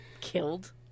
killed